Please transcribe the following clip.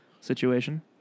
situation